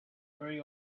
very